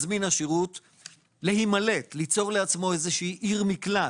השירות, להימלט, ליצור לעצמו איזושהי עיר מקלט,